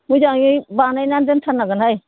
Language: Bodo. मोजांयै बानायनानै दोनथारनांगोनहाय